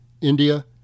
India